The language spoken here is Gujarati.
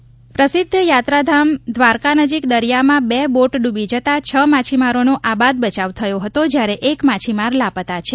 બોટ ડુબી પ્રસિદ્ધ યાત્રાધામ દ્વારકા નજીક દરિયામાં બે બોટ ડુબી જતા છ માછીમારોનો આબાદ બચાવ થયો હતો જ્યારે એક માછીમાર લાપત્તા છે